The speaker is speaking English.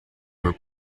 were